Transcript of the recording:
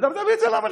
וגם תביא את זה למרכז.